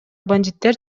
бандиттер